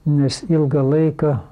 nes ilgą laiką